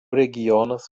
regionas